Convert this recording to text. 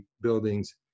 buildings